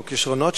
או כשרונות,